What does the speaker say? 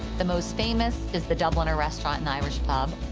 the most famous is the dubliner restaurant and irish pub.